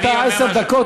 אתה דיברת עשר דקות.